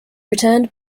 returned